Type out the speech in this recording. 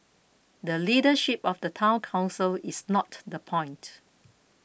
the leadership of the Town Council is not the point